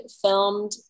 filmed